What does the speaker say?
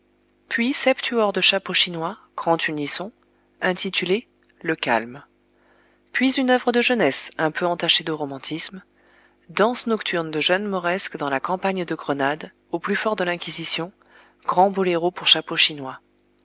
puis septuor de chapeaux chinois grand unisson intitulé le calme puis une œuvre de jeunesse un peu entachée de romantisme danse nocturne de jeunes mauresques dans la campagne de grenade au plus fort de l'inquisition grand boléro pour